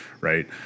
right